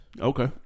Okay